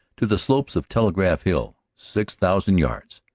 to the slopes of telegraph hill, six thousand yards.